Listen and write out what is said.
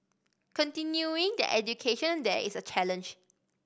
continuing their education there is a challenge